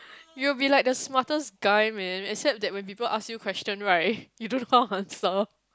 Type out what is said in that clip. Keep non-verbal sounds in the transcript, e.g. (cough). you will be like the smartest guy man except that when people ask you question right (breath) you don't know how to answer